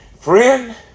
Friend